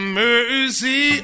mercy